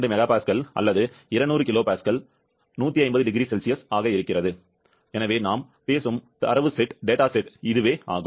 2 MPa அல்லது 200 kPa 150 0C எனவே நாம் பேசும் தரவு செட் இதுவே ஆகும்